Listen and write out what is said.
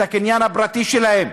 את הקניין הפרטי שלהם.